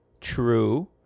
True